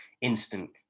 instant